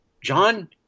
John